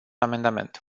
amendament